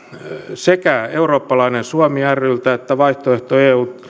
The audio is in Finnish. sekä eurooppalainen suomi ryltä että vaihtoehto eulle